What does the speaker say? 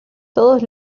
todos